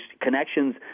connections